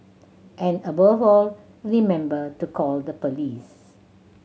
and above all remember to call the police